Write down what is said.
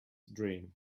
dream